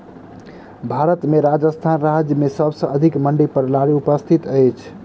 भारत में राजस्थान राज्य में सबसे अधिक मंडी प्रणाली उपस्थित अछि